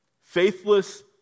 Faithless